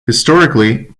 historically